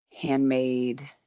handmade